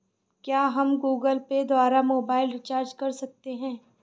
क्या हम Google Pay द्वारा मोबाइल रिचार्ज कर सकते हैं?